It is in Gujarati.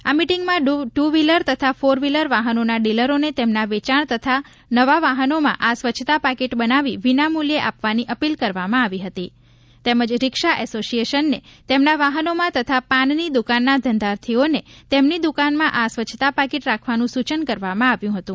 આ મિટીંગમાં ટુ વ્હીલર તથા ફોર વ્હીલર વાહનોના ડીલરો ને તેમના વેંચાણ થતા નવા વાહનોમાં આ સ્વચ્છતા પાકીટ બનાવી વિનામુલ્યે આપવાની અપીલ કરવામાં આવી હતી તેમજ રીક્ષા એશોસીએશન ને તેમના વાહનોમાં તથા પાનની દુકાનના ધંધાર્થીઓને તેમની દુકાનમાં આ સ્વચ્છતા પાકીટ રાખવાનું સુચન કરવામાં આવ્યું હતું